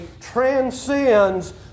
transcends